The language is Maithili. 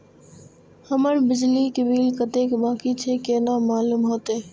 हमर बिजली के बिल कतेक बाकी छे केना मालूम होते?